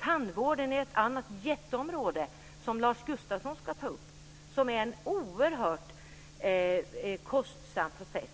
Tandvården är ett annat jätteområde, som Lars Gustafsson ska ta upp. Det är en oerhört kostsam process.